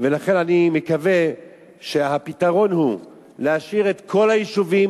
ולכן אני מקווה שהפתרון הוא להשאיר את כל היישובים.